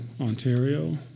Ontario